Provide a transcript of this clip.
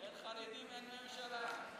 אין חרדים, אין ממשלה.